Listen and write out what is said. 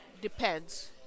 depends